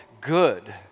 good